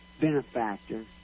benefactor